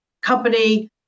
company